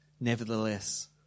nevertheless